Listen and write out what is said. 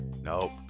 Nope